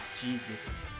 Jesus